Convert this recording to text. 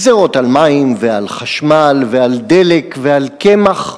גזירות על מים, ועל חשמל, ועל דלק, ועל קמח,